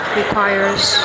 requires